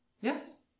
Yes